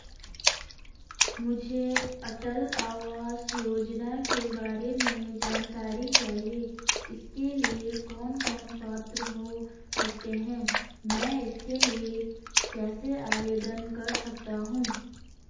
मुझे अटल आवास योजना के बारे में जानकारी चाहिए इसके लिए कौन कौन पात्र हो सकते हैं मैं इसके लिए कैसे आवेदन कर सकता हूँ?